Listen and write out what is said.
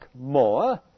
more